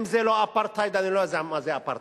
אם זה לא אפרטהייד, אני לא יודע מה זה אפרטהייד.